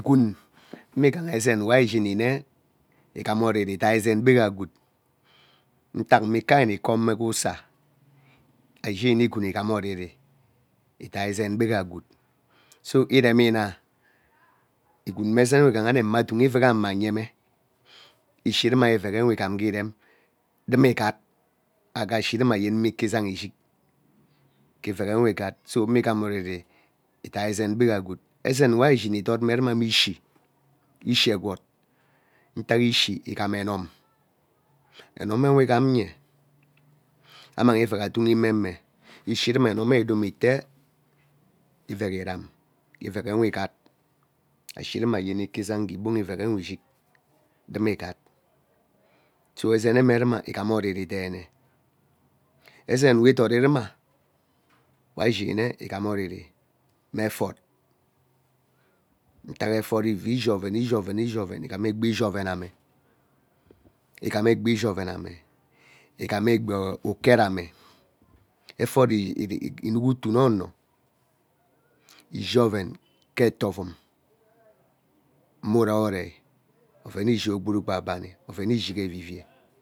Igwin mme ezen we ari ishini nna igheme oriri idai ezen gbegha gwood ntak mma ike ari mme comee gee usaa ari ishini nne igwin igham oriri idai ezen gbegha gwood so iremina igwin mme ezen we ighaha nun adugee iveg aureng ayeme, ishi ruma iveg nwe igham ngeeirem ruma igat agha ashin runa ayen ike izang ishig, ke ivegwe igal-so mme igham oriri dai ezen gbegha mme gwood ezen wari ishini idod me ruma mme ishii ishi egwud ntak ishi igham enok enomewe igham ye ammay iveg aduhi memee enomewe idome itaa iveg iram gee iveg nwe igat ashi ruma ayen ike zang gee igbohne iveg nwe ishi ruma igat so ezememe ruma igham oriri deene ezen we idori rume we ari ishini nne ighana we ari ishini nne ighana oriri mme efot- ntak efot ivuu ishi oven ishi oven ame igham egbi ijket eree mme efot ee inuk utuu nne ono ishi oven ke etoo ovuum mme urei urei oven ishi ogbum gbu abani oven ishi gee eviva.